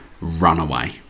Runaway